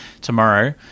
tomorrow